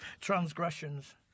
transgressions